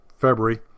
February